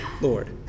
Lord